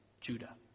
Judah